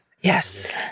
Yes